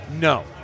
No